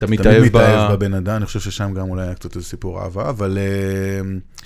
אתה מתאהב בבן אדם, אני חושב ששם גם אולי היה קצת איזה סיפור אהבה, אבל...